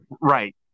right